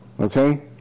Okay